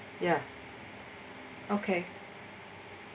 ya okay